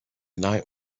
night